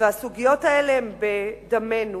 והסוגיות האלה הן בדמנו.